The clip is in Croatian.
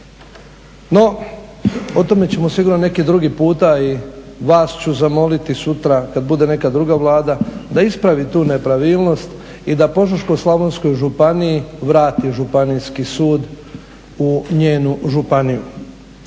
No, o tome ćemo sigurno neki drugi puta i vas ću zamoliti sutra kad bude neka druga Vlada da ispravi tu nepravilnost i da Požeško-slavonskoj županiji vrati Županijski sud u njenu županiju.